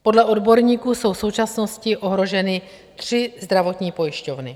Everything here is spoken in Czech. Podle odborníků jsou v současnosti ohroženy tři zdravotní pojišťovny.